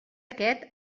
aquest